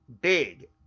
big